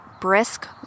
brisk